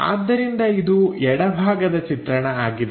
ಆದ್ದರಿಂದ ಇದು ಎಡಭಾಗದ ಚಿತ್ರಣ ಆಗಿದೆ